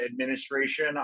administration